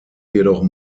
jedoch